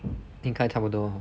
应该差不多